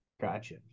Gotcha